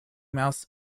mouse